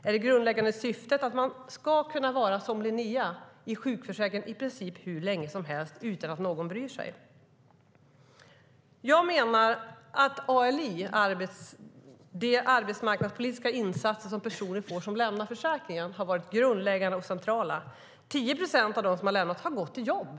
Är det grundläggande syftet att man ska kunna vara, som Linnea, i sjukförsäkringen i princip hur länge som helst utan att någon bryr sig? Jag menar att ALI och de arbetsmarknadspolitiska insatser som personer får som lämnar försäkringen har varit grundläggande och centrala. 10 procent av dem som har lämnat har gått till jobb.